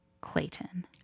Clayton